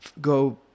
go